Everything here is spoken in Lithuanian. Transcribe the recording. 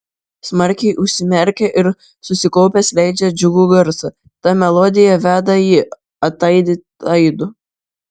smarkiai užsimerkia ir susikaupęs leidžia džiugų garsą ta melodija veda jį ataidi aidu